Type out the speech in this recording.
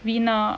winner